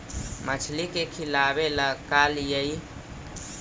मछली के खिलाबे ल का लिअइ?